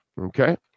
Okay